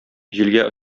җилгә